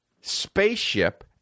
spaceship